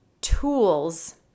tools